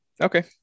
Okay